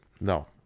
No